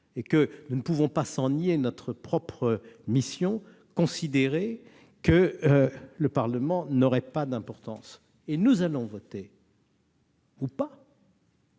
et que nous ne pouvons pas, sans nier notre propre mission, considérer que le Parlement n'aurait pas d'importance. Nous voterons- ou pas